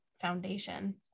foundation